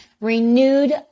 renewed